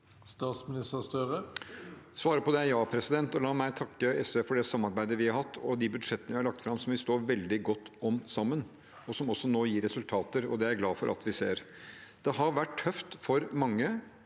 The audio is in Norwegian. Støre Svaret på det er ja. La meg takke SV for det samarbeidet vi har hatt og de budsjettene vi har lagt fram, som vi står veldig godt om sammen, og som nå gir resultater. Det er jeg glad for at vi ser. Det har vært tøft for mange